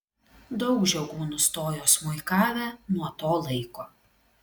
daug žiogų nustojo smuikavę nuo to laiko